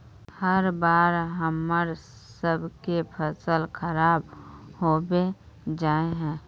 हर बार हम्मर सबके फसल खराब होबे जाए है?